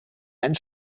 einen